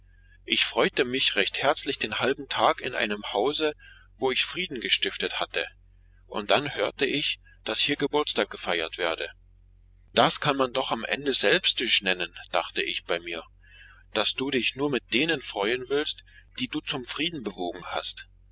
ich freute mich recht herzlich den halben tag in einem hause wo ich frieden gestiftet hatte und dann hörte ich daß hier geburtstag gefeiert werde das kann man doch am ende selbstisch nennen dachte ich bei mir daß du dich nur mit denen freuen willst die du zum frieden bewogen hast